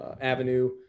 avenue